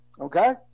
Okay